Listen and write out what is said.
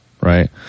right